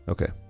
Okay